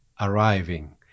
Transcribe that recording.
arriving